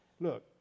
look